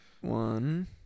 one